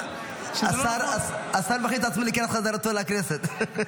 --- השר מכין את עצמו לקראת חזרתו לכנסת.